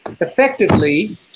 effectively